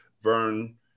Vern